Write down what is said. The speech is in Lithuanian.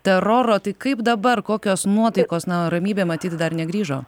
teroro tai kaip dabar kokios nuotaikos na o ramybė matyt dar negrįžo